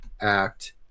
act